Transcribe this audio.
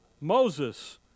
Moses